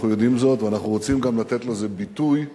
אנחנו יודעים זאת ואנחנו רוצים גם לתת לזה ביטוי מיוחד,